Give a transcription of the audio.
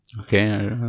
Okay